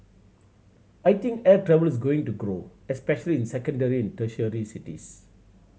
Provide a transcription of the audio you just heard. I think air travel is going to grow especially in secondary and tertiary cities